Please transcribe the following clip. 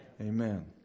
Amen